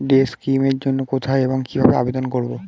Day scheme এর জন্য কোথায় এবং কিভাবে আবেদন করব?